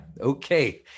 Okay